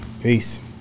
Peace